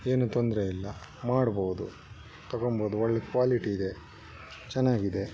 ಏನು ತೊಂದರೆ ಇಲ್ಲ ಮಾಡಬೋದು ತೊಗೊಳ್ಬೋದು ಒಳ್ಳೆ ಕ್ವಾಲಿಟಿ ಇದೆ ಚೆನ್ನಾಗಿದೆ